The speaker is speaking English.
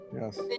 yes